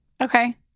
Okay